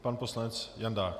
Pan poslanec Jandák.